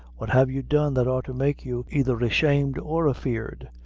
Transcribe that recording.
what have you done that ought to make you aither ashamed or afeared?